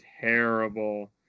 terrible